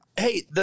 Hey